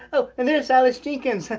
and there's silas jenkins.